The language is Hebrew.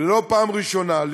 לא בפעם הראשונה,